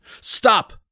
Stop